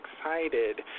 excited